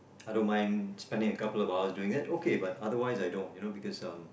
I don't mind spending a couple of hours doing it okay but otherwise I don't you know because um